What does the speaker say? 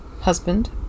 husband